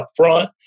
upfront